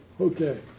Okay